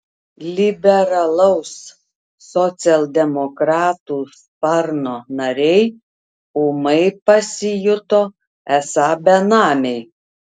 liberalaus socialdemokratų sparno nariai ūmai pasijuto esą benamiai